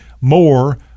more